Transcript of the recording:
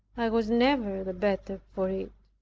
i was never the better for it.